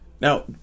now